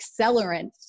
accelerant